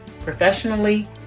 professionally